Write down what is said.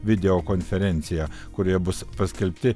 video konferencija kurioje bus paskelbti